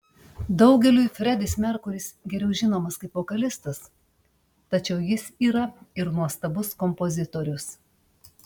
daugeliui fredis merkuris geriau žinomas kaip vokalistas tačiau jis yra ir nuostabus kompozitorius